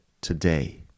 today